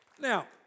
Now